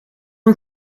een